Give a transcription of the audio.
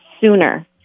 sooner